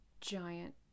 giant